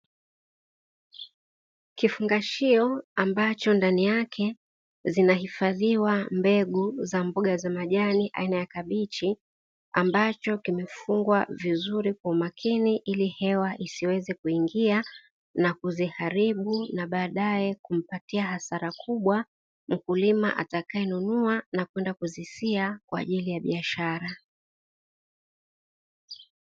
Kifungashio ambacho ndani yake zinahifadhiwa mbegu za mboga za majani aina ya kabichi, ambacho kimefungwa vizuri kwa umakini ili hewa isiweze kuingia na kuziharibu na baadaye kumpatia hasara kubwa mkulima atakayenunua na kwenda kuzisia kwa ajili ya biashara.